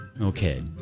Okay